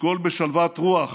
לשקול בשלוות רוח